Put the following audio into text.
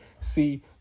See